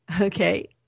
Okay